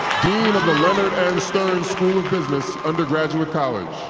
of the leonard n. stern school of business, undergraduate college